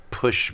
push